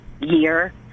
year